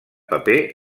paper